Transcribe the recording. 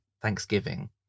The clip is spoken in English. Thanksgiving